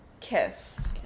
Kiss